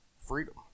freedom